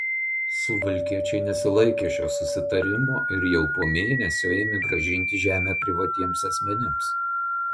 suvalkiečiai nesilaikė šio susitarimo ir jau po mėnesio ėmė grąžinti žemę privatiems asmenims